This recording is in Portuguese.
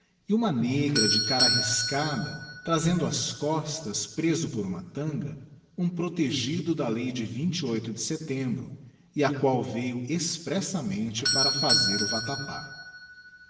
uma negra de cara riscada trazendo ás costas preso por uma tanga um protegido da lei de de setembro e a qual veio expressamente para fazer o vatapá